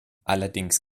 allerdings